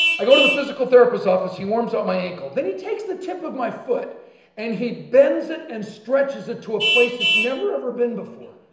i go to the physical therapist office, he warms up my ankle, then he takes the tip of my foot and he bends and stretches it to a place it's never ever been before,